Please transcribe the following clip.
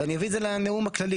ואני אביא את זה לנאום הכללי.